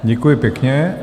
Děkuji pěkně.